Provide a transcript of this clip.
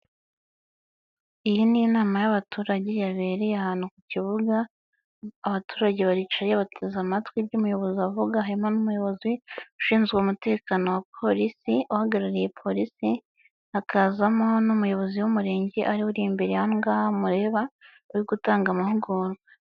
Iyi ni inama y'abaturage yabereye ahantu ku kibuga abaturage baricaye bateze amatwi ibyo umuyobozi avuga, harimo n'umuyobozi ushinzwe umutekano wa polisi, uhagarariye polisi, hakazamo n'umuyobozi w'Umurenge ariwe uri imbere aha ngaha mureba uri gutanga amahugurwa.